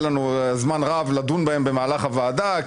לנו עוד זמן רב לדון בהן במהלך הוועדה,